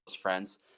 friends